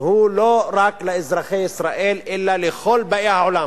הוא לא רק לאזרחי ישראל, אלא לכל באי העולם.